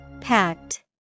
Packed